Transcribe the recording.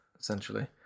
essentially